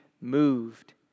moved